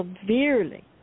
severely